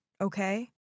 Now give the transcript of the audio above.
okay